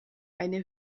eine